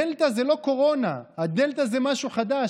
הדלתא זה לא קורונה, הדלתא זה משהו חדש.